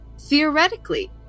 theoretically